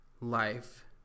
life